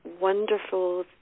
wonderful